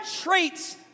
traits